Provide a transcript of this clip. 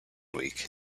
week